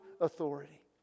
authority